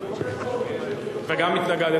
וגם התנגדת.